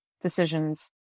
decisions